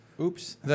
Oops